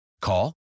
Call